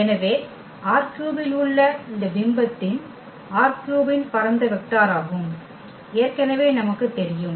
எனவே ℝ3 இல் உள்ள இந்த பிம்பத்தின் ℝ3 இன் பரந்த வெக்டாராகும் ஏற்கனவே நமக்கு தெரியும்